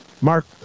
Mark